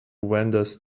wanders